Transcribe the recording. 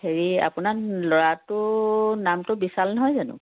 হেৰি আপোনাৰ ল'ৰাটোৰ নামটো বিশাল নহয় জানো